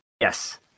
Yes